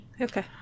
Okay